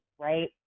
right